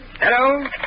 Hello